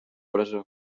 presó